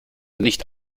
nicht